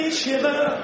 shiver